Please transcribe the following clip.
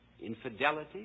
infidelity